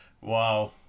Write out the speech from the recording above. wow